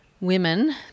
women